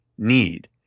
need